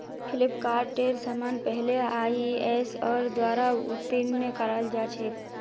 फ्लिपकार्टेर समान पहले आईएसओर द्वारा उत्तीर्ण कराल जा छेक